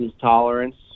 tolerance